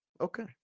Okay